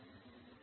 ఇప్పుడు చెప్పండి